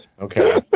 Okay